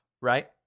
right